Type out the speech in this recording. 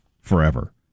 forever